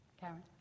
Karen